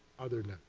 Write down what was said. others?